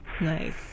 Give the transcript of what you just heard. Nice